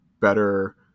better